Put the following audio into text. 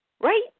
right